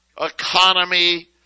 economy